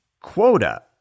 quota